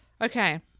Okay